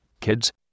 kids